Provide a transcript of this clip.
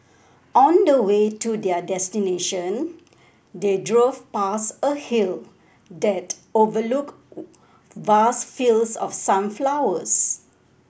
on the way to their destination they drove past a hill that overlooked vast fields of sunflowers